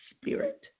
Spirit